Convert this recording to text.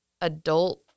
adult-